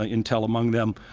ah intel among them,